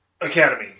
academy